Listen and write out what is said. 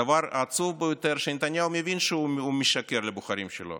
הדבר העצוב ביותר הוא שנתניהו מבין שהוא משקר לבוחרים שלו,